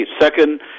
second